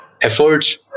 efforts